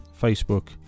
Facebook